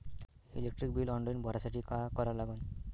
Electric bill online भरासाठी का करा लागन?